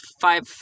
five